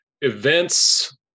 events